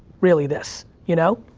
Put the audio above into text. really this, you know?